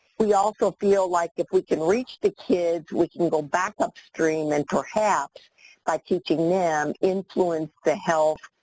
we also feel like if we can reach the kids, we can go back upstream and perhaps by teaching them, influence the health,